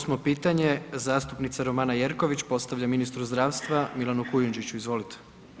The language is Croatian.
Osmo pitanje, zastupnica Romana Jerković, postavlja ministru zdravstva Milanu Kujundžić, izvolite.